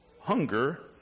Hunger